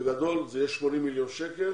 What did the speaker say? בגדול זה יהיה 80 מיליון שקל